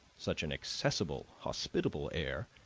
such an accessible, hospitable air,